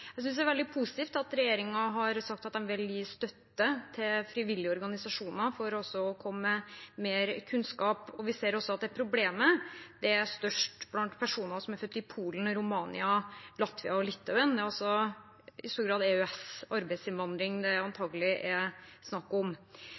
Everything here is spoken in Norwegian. Jeg synes det er veldig positivt at regjeringen har sagt at de vil gi støtte til frivillige organisasjoner for å komme med mer kunnskap. Vi ser også at problemet er størst blant personer som er født i Polen, Romania, Latvia og Litauen; det er altså i stor grad EØS-arbeidsinnvandring det